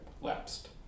Lapsed